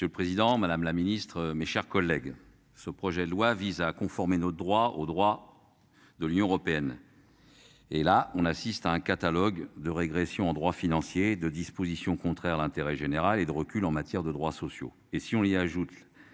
Monsieur le président, madame la ministre, mes chers collègues. Ce projet de loi vise à conformer notre droit au droit. De l'Union européenne. Et là on assiste à un catalogue de régression droit financier de dispositions contraires à l'intérêt général et de recul en matière de droits sociaux